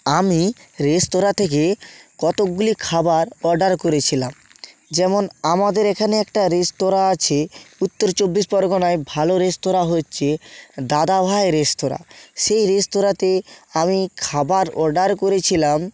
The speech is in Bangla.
আমি রেস্তোরাঁ থেকে কতকগুলি খাবার অর্ডার করেছিলাম যেমন আমাদের এখানে একটা রেস্তোরাঁ আছে উত্তর চব্বিশ পরগণায় ভালো রেস্তোরাঁ হচ্ছে দাদা ভাই রেস্তোরাঁ সেই রেস্তোরাঁতে আমি খাবার অর্ডার করেছিলাম